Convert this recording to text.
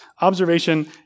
Observation